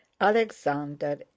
Alexander